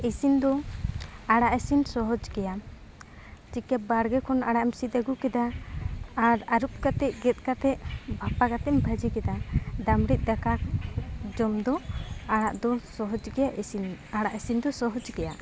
ᱤᱥᱤᱱ ᱫᱚ ᱟᱲᱟᱜ ᱤᱥᱤᱱ ᱥᱚᱦᱚᱡᱽ ᱜᱮᱭᱟ ᱪᱤᱠᱟᱹ ᱵᱟᱲᱜᱮ ᱠᱷᱚᱱ ᱟᱲᱟᱜ ᱮᱢ ᱥᱤᱫ ᱟᱹᱜᱩ ᱠᱮᱫᱟ ᱟᱨ ᱟᱹᱨᱩᱵ ᱠᱟᱛᱮᱫ ᱜᱮᱫ ᱠᱟᱛᱮᱫ ᱵᱷᱟᱯᱟᱣ ᱠᱟᱛᱮᱢ ᱵᱷᱟᱹᱡᱤ ᱠᱮᱫᱟ ᱫᱟᱜᱢᱟᱹᱲᱤ ᱫᱟᱠᱟ ᱡᱚᱢ ᱫᱚ ᱟᱲᱟᱜ ᱫᱚ ᱥᱚᱦᱚᱡᱽ ᱜᱮᱭᱟ ᱤᱥᱤᱱ ᱟᱲᱟᱜ ᱤᱥᱤᱱ ᱫᱚ ᱥᱚᱦᱚᱡᱽ ᱜᱮᱭᱟ